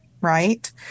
Right